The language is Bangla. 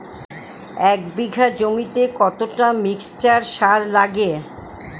এক বিঘা জমিতে কতটা মিক্সচার সার লাগে?